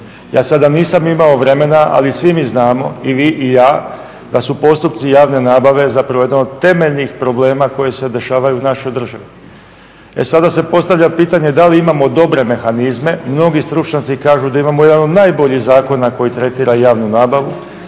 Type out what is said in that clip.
Ja sada nisam imao vremena ali svi mi znamo i vi i ja da su postupci javne nabave zapravo jedno od temeljnih problema koje se dešavaju u našoj državi. E sada se postavlja pitanje da li imamo dobre mehanizme, mnogi stručnjaci kažu da imamo jedan od najboljih zakona koji tretira javnu nabavu,